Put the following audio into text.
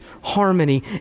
harmony